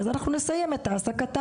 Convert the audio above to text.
אז אנחנו נסיים את העסקתה,